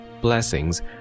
blessings